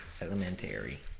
Elementary